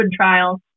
trials